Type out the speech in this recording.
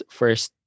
first